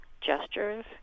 gestures